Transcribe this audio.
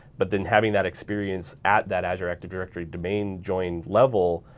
but then having that experience at that azure active directory domain join level,